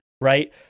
right